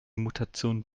mutation